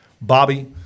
Bobby